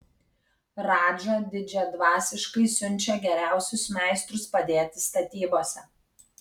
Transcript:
radža didžiadvasiškai siunčia geriausius meistrus padėti statybose